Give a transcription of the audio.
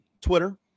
Twitter